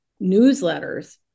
newsletters